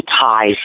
ties